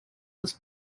los